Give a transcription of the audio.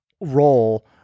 role